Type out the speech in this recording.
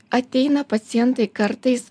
ateina pacientai kartais